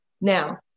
Now